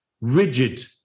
rigid